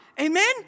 Amen